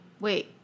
wait